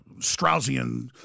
Straussian